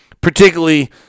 particularly